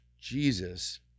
Jesus